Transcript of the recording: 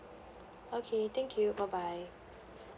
okay thank you bye bye